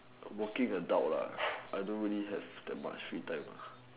working adult lah I don't really have that much free time